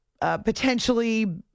potentially